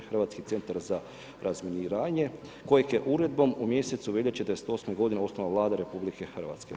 Hrvatski centar za razminiranje kojeg je uredbom u mjesecu veljači '98. osnovala Vlada RH.